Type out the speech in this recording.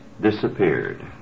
disappeared